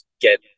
get